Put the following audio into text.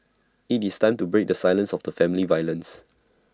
IT is time to break the silence of the family violence